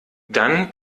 dann